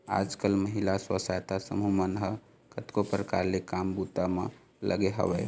आजकल महिला स्व सहायता समूह मन ह कतको परकार ले काम बूता म लगे हवय